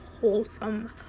wholesome